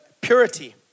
purity